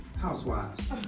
housewives